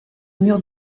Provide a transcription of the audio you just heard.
mur